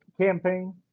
campaign